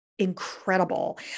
incredible